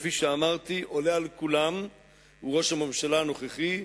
כפי שאמרתי, עולה על כולם הוא ראש הממשלה הנוכחי,